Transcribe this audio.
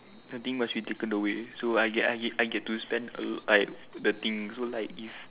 the thing must be taken away so I get I get I get to spend a l~ like the thing so like if